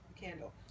candle